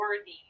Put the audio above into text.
worthy